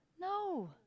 no